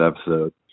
episode